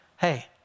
hey